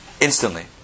instantly